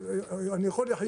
אני יכול לחיות.